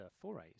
forays